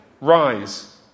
rise